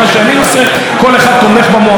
חשבתי שאתה רוצה להעניק לי מתנה לקראת